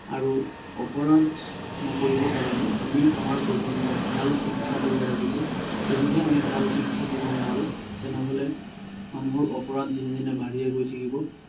আৰু অপৰাধ নকৰিবৰ কাৰণে আমি আমাৰ প্ৰজন্মক ভাল শিক্ষা দিব লাগিব যদিহে আমি ভাল শিক্ষা দিব নোৱাৰোঁ তেনেহ'লে মানুহৰ অপৰাধ দিনে দিনে বাঢ়িয়ে গৈ থাকিব